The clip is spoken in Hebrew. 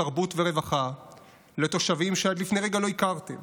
תרבות ורווחה לתושבים שעד לפני רגע לא הכרתם